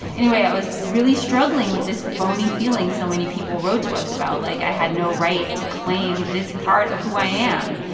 anyway, i was really struggling with this phony feeling so many people wrote to us about like, i had no right to claim this part of who i am.